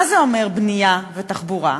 מה זה אומר, בנייה ותחבורה?